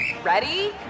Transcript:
Ready